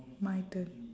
my turn